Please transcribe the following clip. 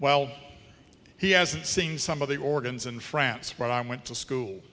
well he hasn't seen some of the organs in france when i went to school